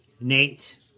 Nate